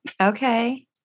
Okay